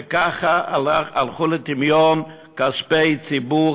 וככה ירדו לטמיון כספי ציבור,